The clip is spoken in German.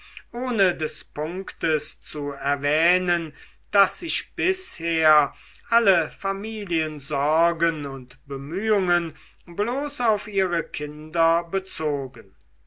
ohne des punktes zu erwähnen daß sich bisher alle familiensorgen und bemühungen bloß auf ihre kinder bezogen